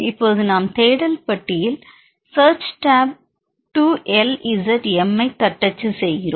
இப்போது நாம் தேடல் பட்டியில் சர்ச் டாப் 2 LZM ஐ தட்டச்சு செய்கிறோம்